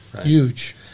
huge